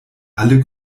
alle